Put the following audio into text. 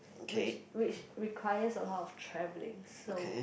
which which requires a lot of travelling so